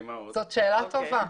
זאת שאלה טובה.